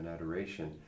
Adoration